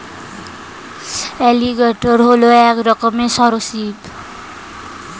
alligator হল এক রকমের সরীসৃপ